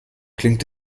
klingt